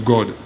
God